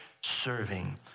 serving